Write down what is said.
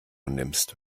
nimmst